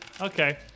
Okay